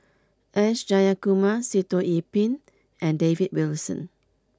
S Jayakumar Sitoh Yih Pin and David Wilson